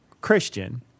Christian